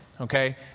okay